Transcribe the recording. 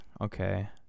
Okay